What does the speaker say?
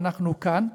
אנחנו כאן.